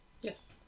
Yes